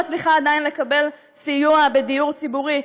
עדיין לא מצליחה לקבל סיוע בדיור ציבורי,